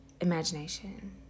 imagination